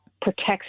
protects